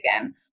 again